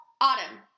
Autumn